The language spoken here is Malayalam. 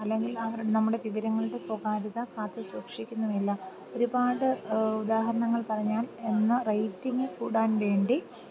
അല്ലെങ്കിൽ അവർ നമ്മുടെ വിവരങ്ങളുടെ സ്വകാര്യത കാത്തുസൂക്ഷിക്കുന്നുമില്ല ഒരുപാട് ഉദാഹരണങ്ങൾ പറഞ്ഞാൽ ഇന്ന് റേറ്റിങ്ങ് കൂടാൻ വേണ്ടി